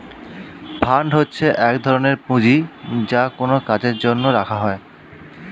fund হচ্ছে এক ধরনের পুঁজি যা কোনো কাজের জন্য রাখা হয়